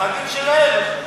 בחגים שלהם,